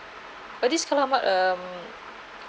uh this calama~ um